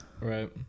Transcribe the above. right